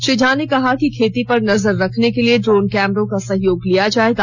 श्री झा न कहा कि खेती पर नजर रखने के लिए ड्रोन कैमरों का सहयोग लिया जाएगा